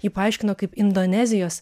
ji paaiškino kaip indonezijos